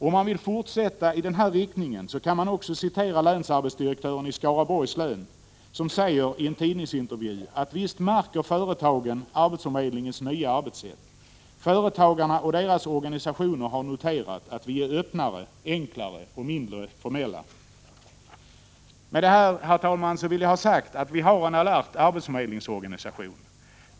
Om man vill fortsätta i den här riktningen kan man också som exempel citera länsarbetsdirektören i Skaraborgs län som i en tidningsintervju säger att företagen visst märker arbetsförmedlingens nya arbetssätt. Företagarna och deras organisationer har noterat att arbetsförmedlingarna är öppnare, enklare och mindre formella. Med det här, herr talman, vill jag ha sagt att vi har en alert arbetsförmedlingsorganisation.